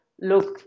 look